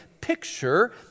picture